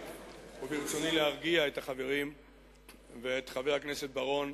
ברצוני להרגיע את החברים ואת חבר הכנסת בר-און,